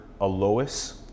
Alois